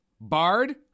Bard